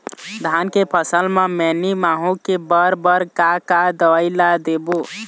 धान के फसल म मैनी माहो के बर बर का का दवई ला देबो?